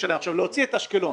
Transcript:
להוציא את אשקלון